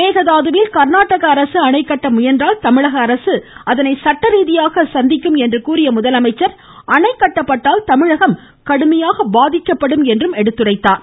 மேகதாதுவில் கர்நாடக அரசு அணை கட்டமுயன்றால் தமிழக அரசு அதை சட்டரீதியாக சந்திக்கும் என்று கூறிய முதலமைச்சர் அணை கட்டப்பட்டால் தமிழகம் கடுமையாக பாதிக்கப்படும் என்று எடுத்துரைத்தார்